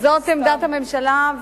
זאת עמדת הממשלה,